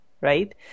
right